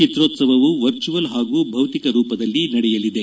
ಚಿತ್ರೋತ್ಸವವು virtual ಹಾಗೂ ಭೌತಿಕ ರೂಪದಲ್ಲಿ ನಡೆಯಲಿದೆ